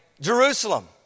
Jerusalem